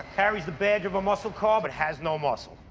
carries the badge of a muscle car, but has no muscle.